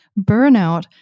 burnout